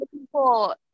people